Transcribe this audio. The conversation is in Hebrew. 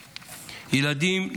ילדים,